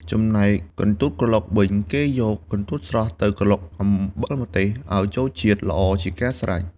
ចំណែក កន្ទួតក្រឡុក វិញ គេយក កន្ទួតស្រស់ទៅក្រឡុកអំបិលម្ទេសឲ្យចូលជាតិល្អជាការស្រេច។